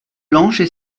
blanches